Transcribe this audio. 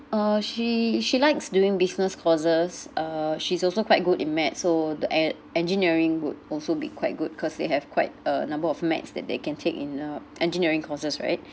uh she she likes doing business courses uh she's also quite good in maths so the e~ engineering would also be quite good cause they have quite a number of maths that they can take in uh engineering courses right